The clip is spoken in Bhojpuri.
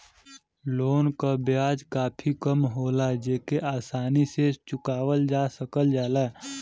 लोन क ब्याज काफी कम होला जेके आसानी से चुकावल जा सकल जाला